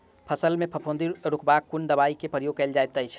फसल मे फफूंदी रुकबाक लेल कुन दवाई केँ प्रयोग कैल जाइत अछि?